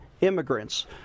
immigrants